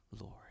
Lord